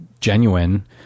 genuine